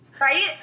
Right